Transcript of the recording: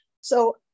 so-